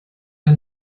der